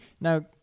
Now